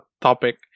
topic